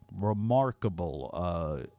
remarkable